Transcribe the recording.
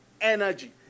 energy